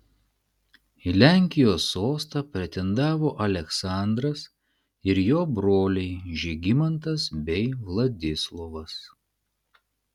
į lenkijos sostą pretendavo aleksandras ir jo broliai žygimantas bei vladislovas